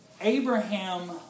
Abraham